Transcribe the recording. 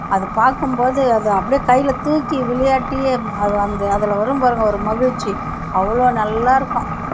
அது பார்க்கும்போது அது அப்படியே கையில தூக்கி விளையாட்டி அது அந்த அதில் வரும் பாருங்கள் ஒரு மகிழ்ச்சி அவ்வளோ நல்லாயிருக்கும்